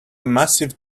massive